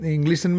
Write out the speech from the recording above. English